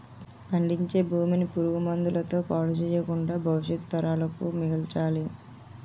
పండించే భూమిని పురుగు మందుల తో పాడు చెయ్యకుండా భవిష్యత్తు తరాలకు మిగల్చాలి